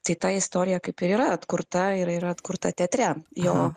tai ta istorija kaip ir yra atkurta ir yra atkurta teatre jo